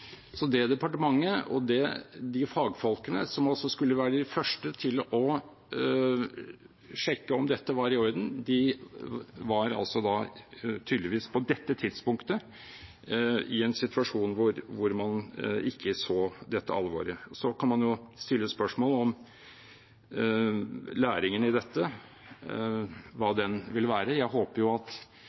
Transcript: Så det departementet og de fagfolkene som skulle være de første til å sjekke om dette var i orden, var tydeligvis på dette tidspunktet i en situasjon hvor man ikke så dette alvoret. Så kan man stille spørsmål om læringen i dette, hva den vil være. Jeg håper at man blir enig om at